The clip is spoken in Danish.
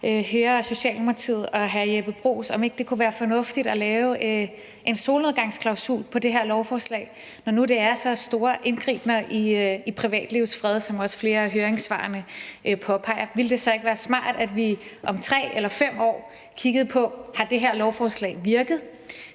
høre Socialdemokratiet og hr. Jeppe Bruus, om ikke det kunne være fornuftigt at lave en solnedgangsklausul på det her lovforslag, når nu det er så store indgreb i privatlivets fred, som også flere af høringssvarene påpeger. Ville det ikke være smart, at vi om 3 eller 5 år kiggede på, om det her lovforslag har virket,